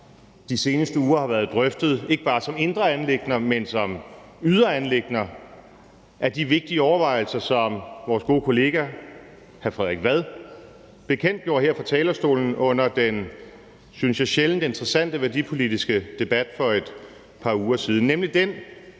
de seneste uger har været drøftet, ikke bare som indre anliggender, men som ydre anliggender, er de vigtige overvejelser, som vores gode kollega hr. Frederik Vad bekendtgjorde her fra talerstolen under den, synes jeg, sjældent interessante værdipolitiske debat for et par uger siden, nemlig den